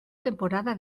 temporada